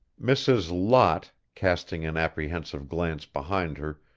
mrs. lot, casting an apprehensive glance behind her,